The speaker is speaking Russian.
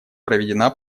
проведена